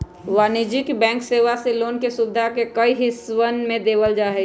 वाणिज्यिक बैंक सेवा मे लोन के सुविधा के कई हिस्सवन में देवल जाहई